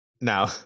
Now